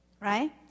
right